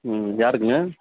ம் யாருக்குங்க